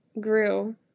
grew